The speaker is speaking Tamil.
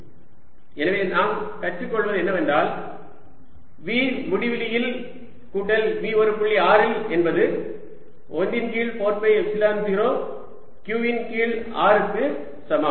dxxx14π0qx2dx 14π0qr எனவே நாம் கற்றுக் கொள்வது என்னவென்றால் V முடிவிலியில் கூட்டல் V ஒரு புள்ளி r இல் என்பது 1 இன் கீழ் 4 பை எப்சிலன் 0 q இன் கீழ் r க்கு சமம்